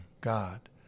God